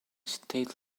state